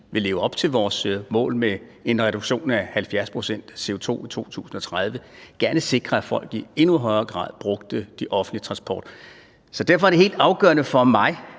vil leve op til vores mål med en 70-procentsreduktion af CO2 i 2030, skulle vi jo gerne sikre, at folk i endnu højere grad brugte den offentlige transport. Så derfor er det helt afgørende for mig,